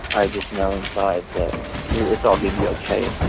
i just know inside that it's all going to be ok